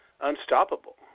unstoppable